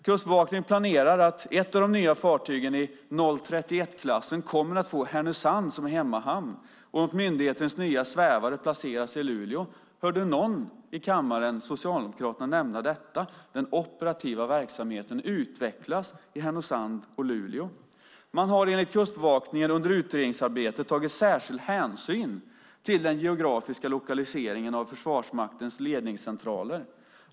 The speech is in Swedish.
Kustbevakningen planerar att ett av de nya fartygen i 031-klassen kommer att få Härnösand som hemmahamn, och myndighetens nya svävare placeras i Luleå. Var det någon i kammaren som hörde Socialdemokraterna nämna det? Den operativa verksamheten utvecklas i Härnösand och Luleå. Man har enligt Kustbevakningen under utredningsarbetet tagit särskild hänsyn till den geografiska lokaliseringen av Försvarsmaktens ledningscentraler.